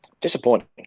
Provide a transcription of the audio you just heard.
Disappointing